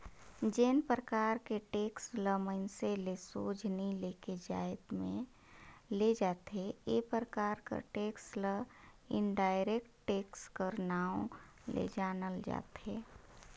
जेन परकार के टेक्स ल मइनसे ले सोझ नी लेके जाएत में ले जाथे ए परकार कर टेक्स ल इनडायरेक्ट टेक्स कर नांव ले जानल जाथे